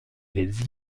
les